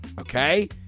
Okay